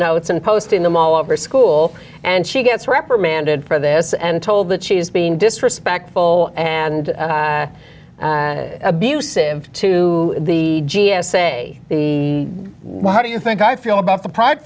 notes and posting them all over school and she gets reprimanded for this and told that she is being disrespectful and abusive to the g s a the how do you think i feel about the p